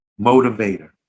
motivator